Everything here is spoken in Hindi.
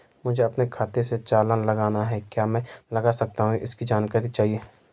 मुझे अपने खाते से चालान लगाना है क्या मैं लगा सकता हूँ इसकी जानकारी चाहिए?